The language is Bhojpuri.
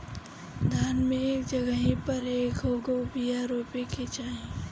धान मे एक जगही पर कएगो बिया रोपे के चाही?